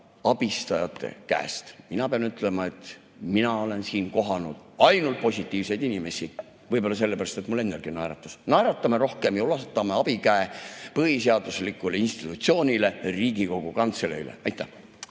abistajate eest. Mina pean ütlema, et mina olen siin kohanud ainult positiivseid inimesi – võib-olla sellepärast, et mul endalgi on naeratus. Naeratame rohkem ja ulatame abikäe põhiseaduslikule institutsioonile, Riigikogu Kantseleile. Aitäh!